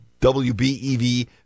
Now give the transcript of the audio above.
WBEV